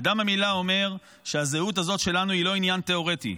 דם המילה אומר שהזהות הזאת שלנו היא לא עניין תיאורטי,